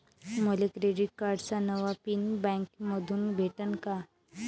मले क्रेडिट कार्डाचा नवा पिन बँकेमंधून भेटन का?